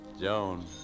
Joan